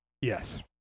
Yes